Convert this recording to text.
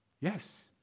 Yes